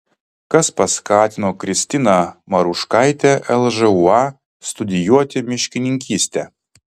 kas paskatino kristiną maruškaitę lžūa studijuoti miškininkystę